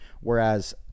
Whereas